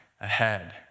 ahead